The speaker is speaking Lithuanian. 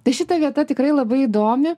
tai šita vieta tikrai labai įdomi